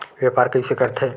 व्यापार कइसे करथे?